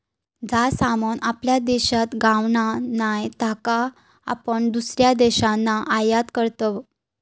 जा सामान आपल्या देशात गावणा नाय त्याका आपण दुसऱ्या देशातना आयात करतव